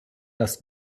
das